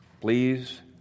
please